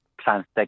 transact